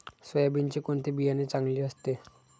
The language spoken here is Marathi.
सोयाबीनचे कोणते बियाणे चांगले असते?